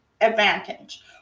advantage